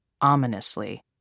ominously